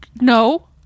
no